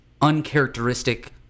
uncharacteristic